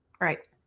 right